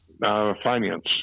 Finance